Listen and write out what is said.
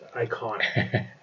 iconic